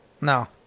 No